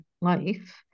life